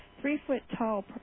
three-foot-tall